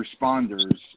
responders